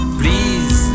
please